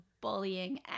bullying